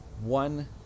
one